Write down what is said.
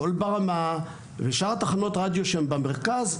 קול ברמה ושאר תחנות הרדיו שהן במרכז,